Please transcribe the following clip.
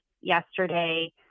yesterday